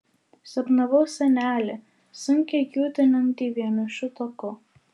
sapnavau senelį sunkiai kiūtinantį vienišu taku